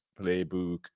playbook